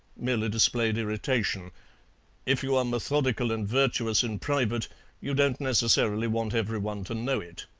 merely displayed irritation if you are methodical and virtuous in private you don't necessarily want every one to know it.